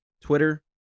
Twitter